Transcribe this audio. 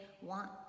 want